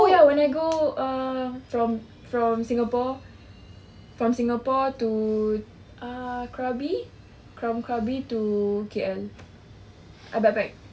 oh ya when I go um from from singapore from singapore to uh krabi from krabi to K_L I backpack